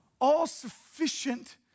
all-sufficient